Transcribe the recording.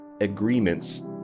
Agreements